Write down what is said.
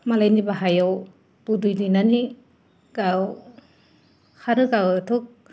मालायनि बाहायाव बिदै दैनानै गाव खारो गावथ'